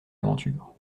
aventure